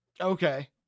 Okay